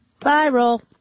viral